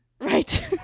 Right